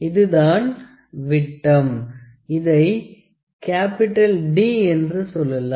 இதுதான் விட்டம் இதை கேப்பிடல் D என்று நாம் சொல்லலாம்